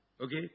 Okay